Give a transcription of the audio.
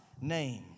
name